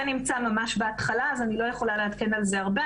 זה נמצא ממש בהתחלה אז אני לא יכולה לעדכן על זה הרבה.